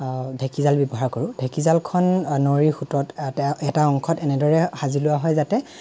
ঢেঁকী জাল ব্যৱহাৰ কৰোঁ ঢেকী জালখন নৈৰ সুতত এটা অংশত এনেদৰে সাজি লোৱা হয় যাতে